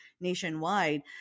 nationwide